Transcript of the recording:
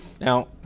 now